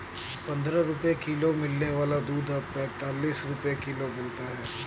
पंद्रह रुपए किलो मिलने वाला दूध अब पैंतालीस रुपए किलो मिलता है